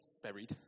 buried